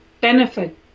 benefit